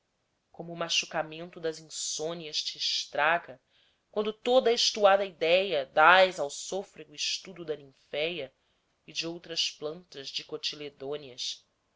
como o machucamento das insônias te estraga quando toda a estuada idéia dás ao sôfrego estudo da ninféia e de outras plantas dicotiledôneas a